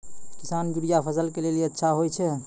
किसान यूरिया फसल के लेली अच्छा होय छै?